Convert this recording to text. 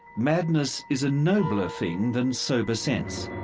madness is a nobler thing than sober sense,